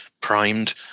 primed